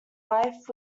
life